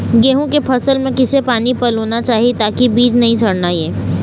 गेहूं के फसल म किसे पानी पलोना चाही ताकि बीज नई सड़ना ये?